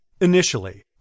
initially